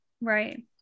Right